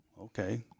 okay